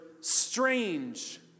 strange